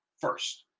first